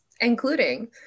including